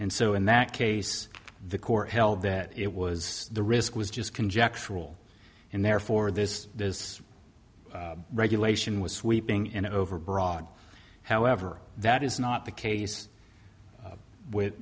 and so in that case the court held that it was the risk was just conjectural and therefore this this regulation was sweeping in overbroad however that is not the case with